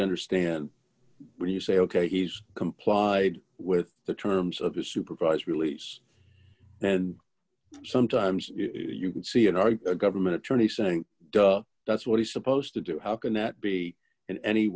to understand when you say ok he's complied with the terms of the supervised release and sometimes you can see in our government attorney saying that's what he's supposed to do how can that be in any